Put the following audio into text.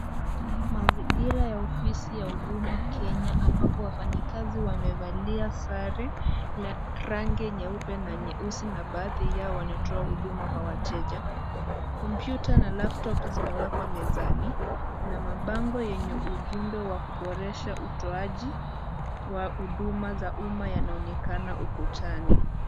Mazingira ya ofisi ya huduma Kenya, ambapo wafanyikazi wamevalia sare la rangi nyeupe na nyeusi. Na baadhi yao wanatoa huduma kwa wateja. Kompyuta na laptop zimewekwa mezani. Na mabango yenye ujumbe wa kuboresha utoaji wa huduma za umma yanaonekana ukutani.